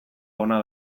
ona